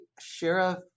sheriff